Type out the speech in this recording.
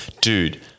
dude